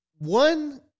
One